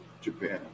Japan